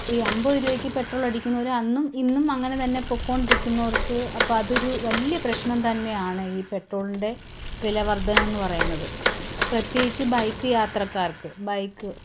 ഇപ്പം ഈ അൻപത് രൂപയ്ക്ക് പെട്രോൾ അടിക്കുന്നവർ അന്നും ഇന്നും അങ്ങനെ തന്നെ പോയി കൊണ്ടിരിക്കുന്നവർക്ക് അപ്പം അതൊരു വലിയ പ്രശ്നം തന്നെയാണ് ഈ പെട്രോളിൻ്റെ വിലവർദ്ധനം എന്ന് പറയുന്നത് പ്രത്യേകിച്ച് ബൈക്ക് യാത്രക്കാർക്ക് ബൈക്ക്